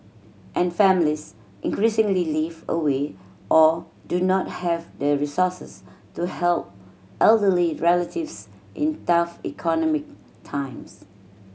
and families increasingly live away or do not have the resources to help elderly relatives in tough economic times